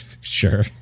Sure